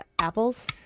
apples